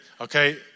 okay